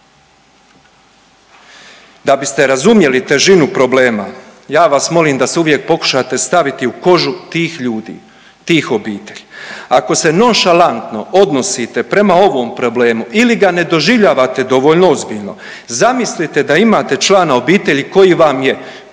Da biste razumjeli težinu problema ja vas molim da se uvijek pokušate staviti u kožu tih ljudi, tih obitelji. Ako se nonšalantno odnosite prema ovom problemu ili ga ne doživljavate dovoljno ozbiljno zamislite da imate člana obitelji koji vam je prokockao